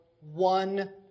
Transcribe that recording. one